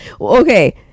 okay